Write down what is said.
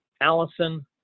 Allison